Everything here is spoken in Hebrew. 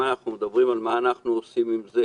אנחנו מדברים על מה אנחנו עושים עם זה,